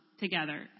together